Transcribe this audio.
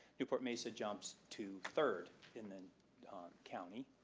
newport mesa jumps to third in the county,